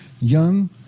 young